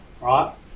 right